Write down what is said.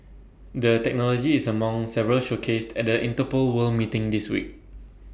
the technology is among several showcases at the Interpol world meeting this week